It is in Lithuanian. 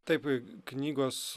taip knygos